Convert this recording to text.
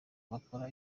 bakora